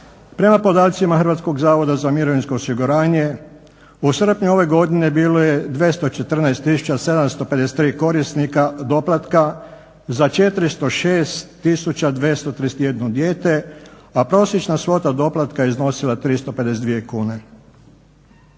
Prema podacima Hrvatskog zavoda za mirovinsko osiguranje u srpnju ove godine bilo je 214 753 korisnika doplatka za 460 231 dijete, a prosječna stopa doplatka iznosila 352 kune.